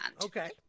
okay